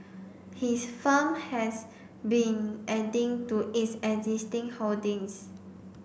his firm has been adding to its existing holdings